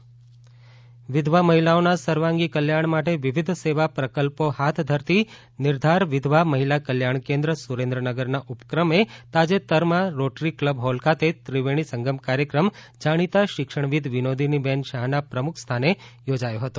વિધવા સહાય સુરેન્દ્રનગર વિધવા મહિલાઓના સર્વાંગી કલ્યાણ માટે વિવિધ સેવા પ્રકલ્પો હાથ ધરતી નિર્ધાર વિધવા મહિલા કલ્યાણ કેન્દ્ર સુરેન્દ્રનગર ના ઉપક્રમે તાજેતરમાં રોટરી ક્લબ હોલ ખાતે ત્રિવેણી સંગમ કાર્યક્રમ જાણીતા શિક્ષણ વિદ વિનોદીનીબેન શાહના પ્રમુખ સ્થાને યોજાયો હતો